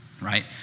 right